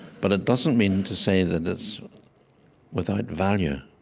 but it doesn't mean to say that it's without value.